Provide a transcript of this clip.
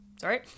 sorry